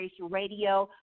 Radio